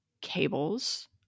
cables